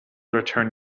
return